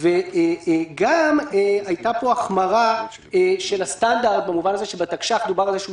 הייתה פה החמרה של הסטנדרט במובן הזה שבתקש"ח דובר על זה שהוא